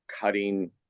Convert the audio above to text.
cutting